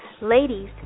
Ladies